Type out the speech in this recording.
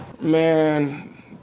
man